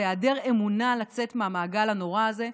בהיעדר אמונה ביציאה מהמעגל הנורא הזה,